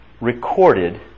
recorded